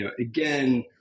again